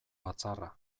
batzarra